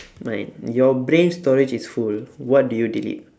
mine your brain storage is full what do you delete